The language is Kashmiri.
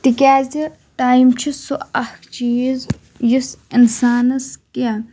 تِکیازِ ٹایم چھُ سُہ اَکھ چیٖز یُس اِنسانَس کیٚنٛہہ